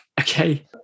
Okay